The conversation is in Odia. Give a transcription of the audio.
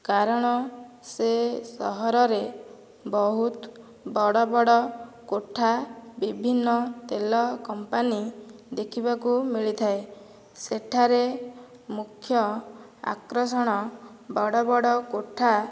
କାରଣ ସେ ସହରରେ ବହୁତ ବଡ଼ ବଡ଼ କୋଠା ବିଭିନ୍ନ ତେଲ କମ୍ପାନି ଦେଖିବାକୁ ମିଳିଥାଏ ସେଠାରେ ମୁଖ୍ୟ ଆକର୍ଷଣ ବଡ଼ ବଡ଼ କୋଠା